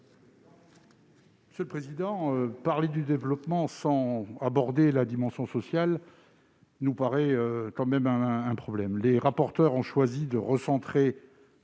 Monsieur le président, parler du développement sans aborder la dimension sociale nous paraît tout de même problématique. Les rapporteurs ont choisi de recentrer